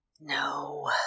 No